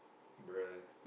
bruh